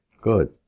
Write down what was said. Good